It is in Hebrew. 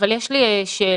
יש לי שאלה.